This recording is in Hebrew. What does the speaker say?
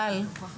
ככל